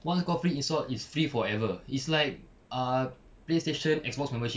once kau free install it's free forever it's like uh playstation Xbox membership